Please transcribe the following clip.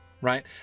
right